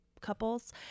couples